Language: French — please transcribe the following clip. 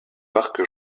parc